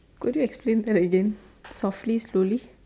could you explain that again softly slowly